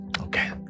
Okay